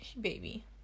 baby